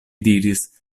diris